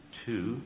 two